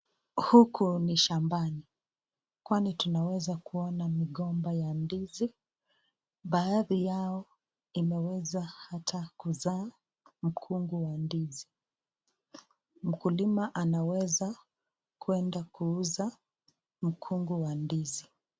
Huku ni shambani, kwani tunaweza kuona migomba ya ndizi. Baadhi hayo imeweza ata kuzaa mkungu wa ndizi. Mkulima anaweza kuenda kuuza mkungu wa ndizi.